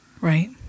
Right